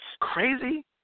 Crazy